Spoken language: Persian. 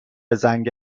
زنگ